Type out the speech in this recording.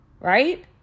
Right